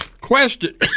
Question